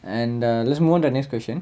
and err let's move on to next question